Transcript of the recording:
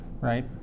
Right